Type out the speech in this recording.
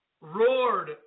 roared